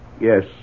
Yes